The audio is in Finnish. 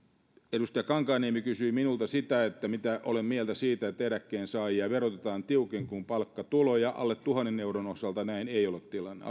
edustaja kankaanniemi kysyi minulta mitä mieltä olen siitä että eläkkeensaajia verotetaan tiukemmin kuin palkkatuloja alle tuhannen euron osalta näin ei ole tilanne